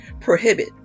prohibit